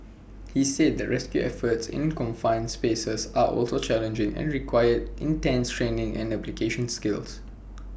he said that rescue efforts in confined spaces are also challenging and requires intense training and application skills